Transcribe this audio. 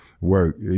work